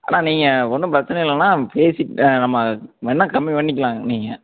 அண்ணா நீங்கள் ஒன்றும் பிரச்சின இல்லைண்ணா பேசி நம்ம வேணால் கம்மி பண்ணிக்கலாங்க நீங்கள்